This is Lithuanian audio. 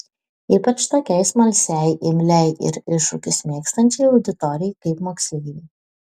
ypač tokiai smalsiai imliai ir iššūkius mėgstančiai auditorijai kaip moksleiviai